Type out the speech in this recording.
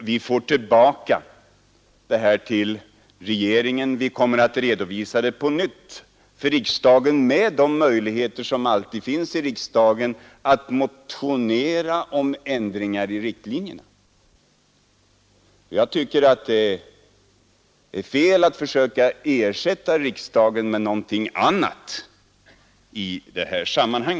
Vi får tillbaka detta ärende till regeringen och kommer att redovisa det på nytt för riksdagen med de möjligheter som alltid finns i riksdagen att motionera om ändringar i riktlinjerna. Jag tycker att det är fel att försöka ersätta riksdagen med någonting annat i detta sammanhang.